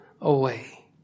away